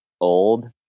old